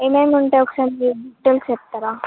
ఏమేమి ఉంటాయి ఒకసారి మీరు డీటెయిల్స్ చెప్తారా